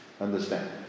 Understand